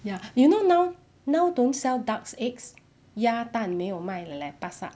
ya you know now now don't sell ducks' eggs 鸭蛋没有卖了 leh 巴刹